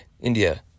India